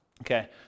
Okay